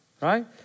Right